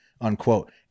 unquote